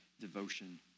devotion